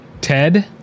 ted